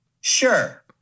Sure